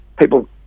people